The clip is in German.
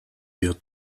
wir